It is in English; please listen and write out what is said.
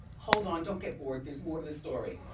hold on. don't get bored. there's more to the story,